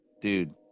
dude